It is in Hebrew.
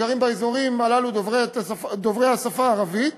שגרים באזורים הללו הם דוברי השפה הערבית.